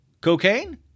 Cocaine